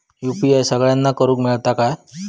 UPI सगळ्यांना करुक मेलता काय?